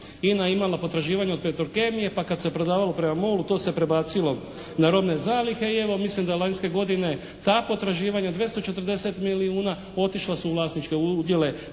je imala potraživanja od Petrokemije pa kad se prodavalo prema MOL-u to se prebacilo na robne zalihe i evo mislim da lanjske godine ta potraživanja 240 milijuna otišla su u vlasničke udjele